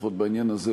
לפחות בעניין הזה,